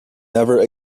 never